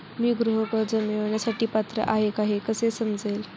मी गृह कर्ज मिळवण्यासाठी पात्र आहे का हे कसे समजेल?